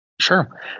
Sure